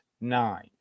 nine